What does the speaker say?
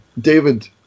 David